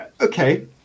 okay